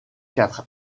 quatre